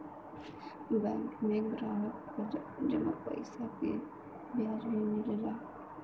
bank में ग्राहक क जमा पइसा पे ब्याज भी मिलला